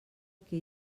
que